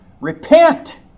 repent